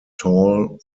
tall